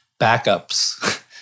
Backups